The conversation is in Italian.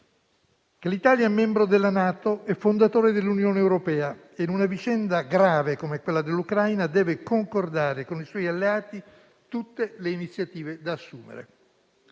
l'Italia è membro della NATO e fondatore dell'Unione europea e, in una vicenda grave come quella dell'Ucraina, deve concordare con i suoi alleati tutte le iniziative da assumere.